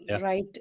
right